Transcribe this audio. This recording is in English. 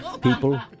People